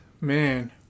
man